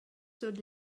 sut